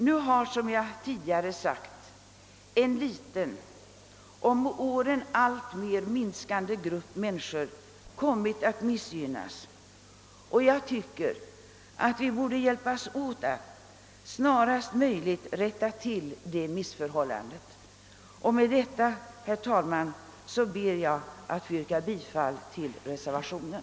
Här har, som jag tidigare sagt, en liten och med åren alltmer minskande grupp människor kommit att missgynnas. Jag tycker att vi borde hjälpas åt att snarast möjligt rätta till det missförhållandet. Med detta ber jag, herr talman, att få yrka bifall till reservationen.